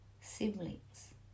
siblings